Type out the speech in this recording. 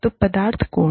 तो पदार्थ कोण